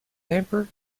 temper